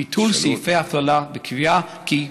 ביטול סעיפי ההפללה והקביעה כי,